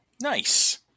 Nice